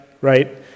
right